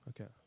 Okay